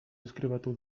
deskribatu